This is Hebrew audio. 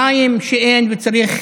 מים שאין וצריך